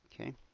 Okay